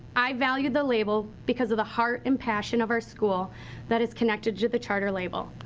i value the label because of the heart and passion of our school that is connected to the charter label.